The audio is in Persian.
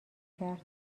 کرد